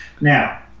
now